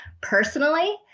personally